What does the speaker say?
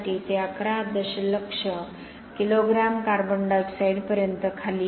ते 11 दशलक्ष kilogram carbon dioxide पर्यंत खाली येते